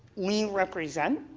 we represent.